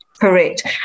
Correct